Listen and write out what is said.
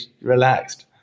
relaxed